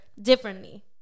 Differently